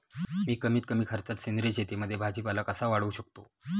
मी कमीत कमी खर्चात सेंद्रिय शेतीमध्ये भाजीपाला कसा वाढवू शकतो?